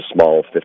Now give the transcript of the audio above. small